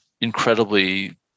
incredibly